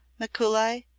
mikuli,